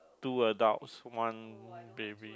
two adults one baby